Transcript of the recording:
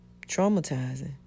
traumatizing